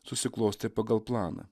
susiklostė pagal planą